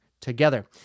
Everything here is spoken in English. together